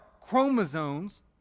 chromosomes